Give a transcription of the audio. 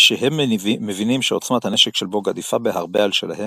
משהם מבינים שעוצמת הנשק של בוג עדיפה בהרבה על שלהם,